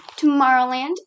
Tomorrowland